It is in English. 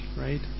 right